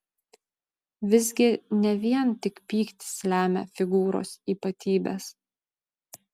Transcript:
visgi ne vien tik pyktis lemia figūros ypatybes